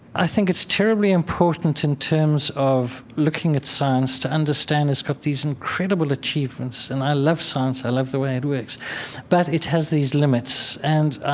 i think it's terribly important in terms of looking at science to understand it's got these incredible achievements and i love science. i love the way it works but it has these limits. and